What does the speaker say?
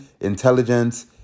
intelligence